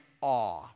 awe